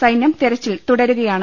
സൈന്യം തെരച്ചിൽ തുട രുകയാണ്